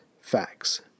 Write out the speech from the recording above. facts